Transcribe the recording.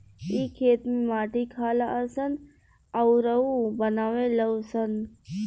इ खेत में माटी खालऽ सन अउरऊ बनावे लऽ सन